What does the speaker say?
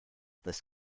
this